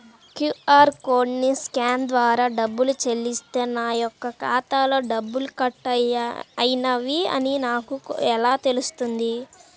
QR కోడ్ని scan ద్వారా డబ్బులు చెల్లిస్తే నా యొక్క ఖాతాలో డబ్బులు కట్ అయినవి అని నాకు ఎలా తెలుస్తుంది?